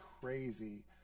crazy